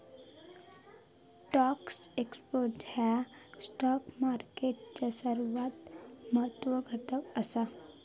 stock exchange ह्यो stock मार्केटचो सर्वात महत्वाचो घटक असा